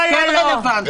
אי-אפשר לעשות שם מעצרים.